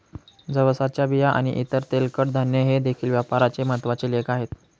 जवसाच्या बिया आणि इतर तेलकट धान्ये हे देखील व्यापाराचे महत्त्वाचे लेख आहेत